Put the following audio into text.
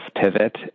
pivot